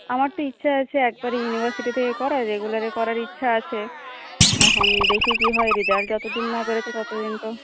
আমার তো ইচ্ছা আছে একবারে ইউনিভার্সিটি থেকে করার রেগুলারে করার ইচ্ছা আছে এখন দেখি কি হয় রেজাল্ট যতদিন না বেরোচ্ছে ততদিন তো